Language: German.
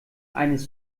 eines